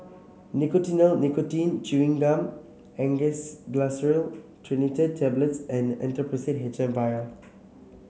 Nicotinell Nicotine Chewing Gum Angised Glyceryl Trinitrate Tablets and Actrapid H M vial